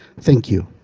thank you.